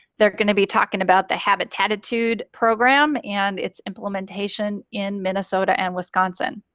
they're gonna be talking about the habitattitude program and its implementation in minnesota and wisconsin.